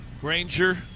Granger